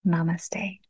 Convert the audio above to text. Namaste